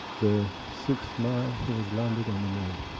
the sixth man who has landed on the moon,